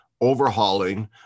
overhauling